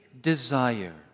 desire